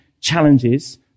challenges